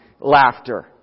laughter